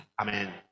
Amen